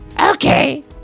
Okay